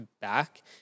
back